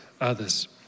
others